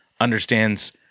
understands